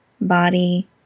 body